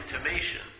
intimation